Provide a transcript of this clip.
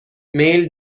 میل